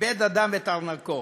איבד אדם את ארנקו,